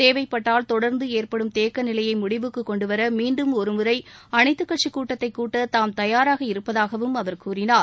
தேவைப்பட்டால் தொடர்ந்து ஏற்படும் தேக்க நிலையை முடிவுக்கு கொண்டுவர மீண்டும் ஒருமுறை அனைத்துக் கட்சி கூட்டத்தை கூட்ட தாம் தயாராக இருப்பதாகவும் அவர் கூறினார்